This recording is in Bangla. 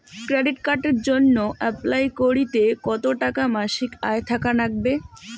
ক্রেডিট কার্ডের জইন্যে অ্যাপ্লাই করিতে কতো টাকা মাসিক আয় থাকা নাগবে?